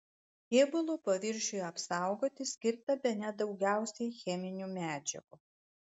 kėbulo paviršiui apsaugoti skirta bene daugiausiai cheminių medžiagų